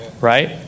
right